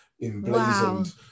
emblazoned